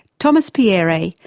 thomas pierret,